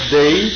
day